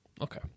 Okay